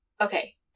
Okay